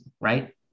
right